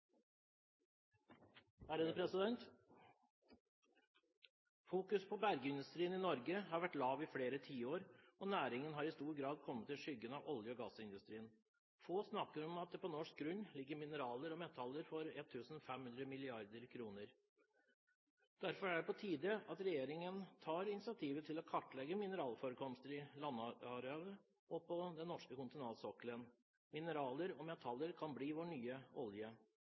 Fokuset på bergindustrien i Norge har vært lav i flere tiår, og næringen har i stor grad kommet i skyggen av olje- og gassindustrien. Få snakker om at det i norsk grunn ligger mineraler og metaller for 1 500 mrd. kr. Derfor er det på tide at regjeringen tar initiativet til å kartlegge mineralforekomster i landarealet og på den norske kontinentalsokkelen. Mineraler og metaller kan bli vår nye olje.